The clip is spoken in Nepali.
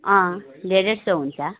अँ डेढ डेढ सय हुन्छ